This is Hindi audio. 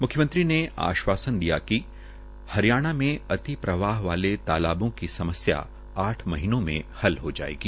म्ख्यमंत्री ने आश्वासन दिया कि हरियाणा में प्रति प्रवाह वाले तालाबों की समस्या आठ महीनों में हल हो जायेगी